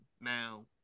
Now